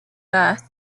birth